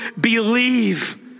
believe